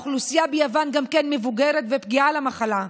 האוכלוסייה ביוון גם כן מבוגרת ופגיעה למחלה.